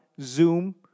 Zoom